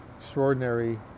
extraordinary